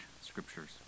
scriptures